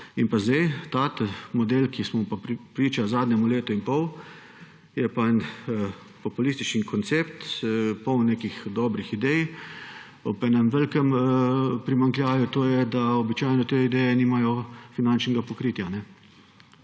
In pa zdaj model, ki smo mu priča zadnje leto in pol. Ta je pa en populističen koncept, poln nekih dobrih idej ob enem velikem primanjkljaju, to je, da običajno te ideje nimajo finančnega pokritja.